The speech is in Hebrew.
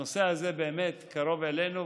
הנושא הזה באמת קרוב אלינו,